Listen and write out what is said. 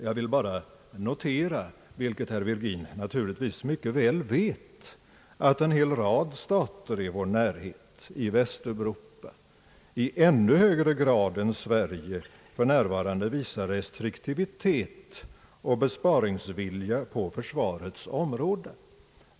Jag vill bara notera, vilket herr Virgin naturligtvis mycket väl vet, att en hel rad stater i vår närhet i Västeuropa i ännu högre grad än Sverige för närvarande visar restriktivitet och besparingsvilja på försvarets område.